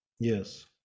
Yes